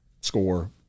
Score